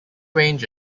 range